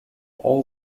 all